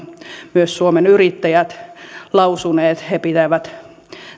myös suomen yrittäjät lausunut he he pitävät